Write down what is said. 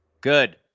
Good